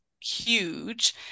huge